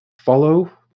follow